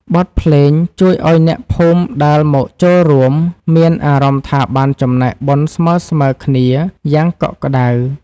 បទភ្លេងជួយឱ្យអ្នកភូមិដែលមកចូលរួម មានអារម្មណ៍ថាបានចំណែកបុណ្យស្មើៗគ្នាយ៉ាងកក់ក្តៅ។